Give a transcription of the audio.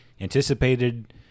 anticipated